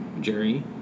Jerry